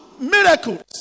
miracles